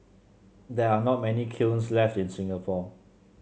there are not many kilns left in Singapore